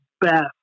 best